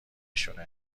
شونه